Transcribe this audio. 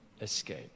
escape